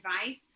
advice